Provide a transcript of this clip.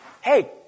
hey